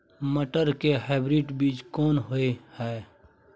मटर के हाइब्रिड बीज कोन होय है?